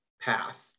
path